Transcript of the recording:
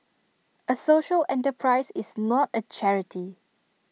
A social enterprise is not A charity